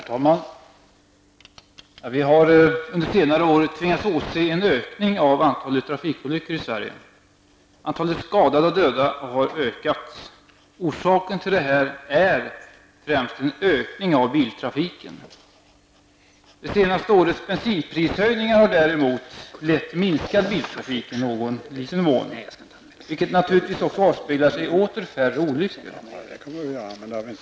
Herr talman! Vi har under senare år tvingats åse en ökning av antalet trafikolyckor i Sverige. Antalet skadade och dödade har ökat. Orsaken är främst en ökning av biltrafiken. De senaste årens bensinprishöjningar har däremot i någon liten mån lett till en minskning av biltrafiken, vilket naturligtvis avspeglar sig i färre olyckor.